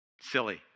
Silly